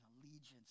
allegiance